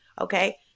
okay